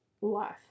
life